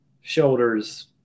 shoulders